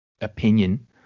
opinion